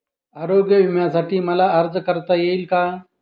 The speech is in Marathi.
आरोग्य विम्यासाठी मला अर्ज करता येईल का?